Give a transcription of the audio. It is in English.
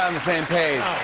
um the same page.